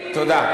תודה.